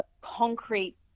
Concrete